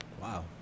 Wow